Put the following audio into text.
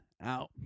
Out